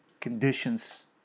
conditions